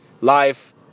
life